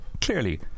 clearly